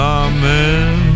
amen